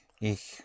ich